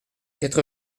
quatre